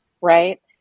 right